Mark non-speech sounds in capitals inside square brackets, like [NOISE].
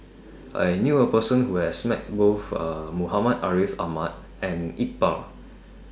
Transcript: I knew A Person Who has Met Both [HESITATION] Muhammad Ariff Ahmad and Iqbal